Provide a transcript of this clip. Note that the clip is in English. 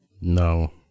No